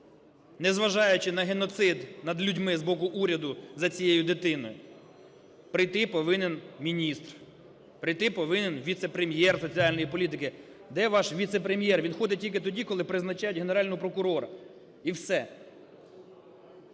незважаючи на геноцид над людьми з боку уряду, за цією дитиною, прийти повинен міністр, прийти повинен віце-прем'єр соціальної політики. Де ваш віце-прем'єр? Він ходить тільки тоді, коли призначають Генерального прокурора і все.